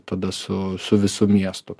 tada su su visu miestu